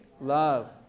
love